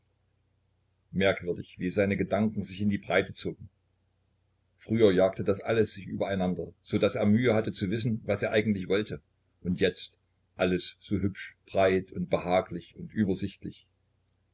merkwürdig wie seine gedanken sich in die breite zogen früher jagte das alles sich übereinander so daß er mühe hatte zu wissen was er eigentlich wollte und jetzt alles so hübsch breit und behaglich und übersichtlich